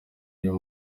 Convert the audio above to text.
uyu